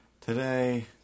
Today